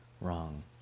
wrong